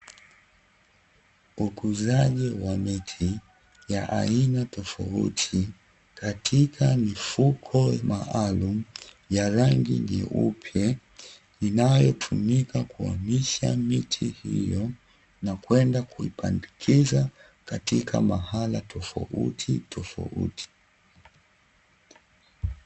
Ukuzaji wa miti ya aina tofauti katika mikuko maalumu ya rangi nyeupe, inayotumika kuhamisha miti hiyo na kwenda kuipandikiza katika mahala tofauti tofauti.